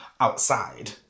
outside